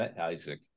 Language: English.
Isaac